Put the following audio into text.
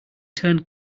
turned